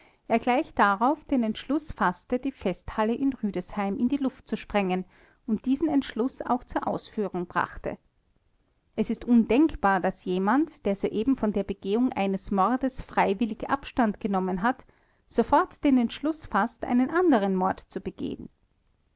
er gleich darauf den entschluß faßte die festhalle in rüdesheim in die luft zu sprengen und diesen entschluß auch zur ausführung brachte es ist undenkbar daß jemand der soeben von der begehung eines mordes freiwillig abstand genommen hat sofort den entschluß faßt einen anderen mord zu begehen